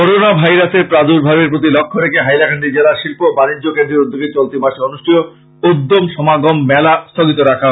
corona ভাইরাসের প্রাদুর্ভাবের প্রতি লক্ষ্য রেখে হাইলাকান্দি জেলার শিল্প ও বাণিজ্য কেন্দ্রের উদ্যোগে চলতি মাসে অনুষ্ঠেয় উদ্যম সমাগম মেলা স্থগিত রাখা হয়েছে